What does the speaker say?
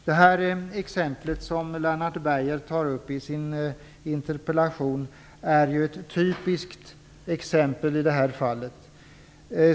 Det exempel som Lennart Beijer tar upp i sin interpellation är typiskt.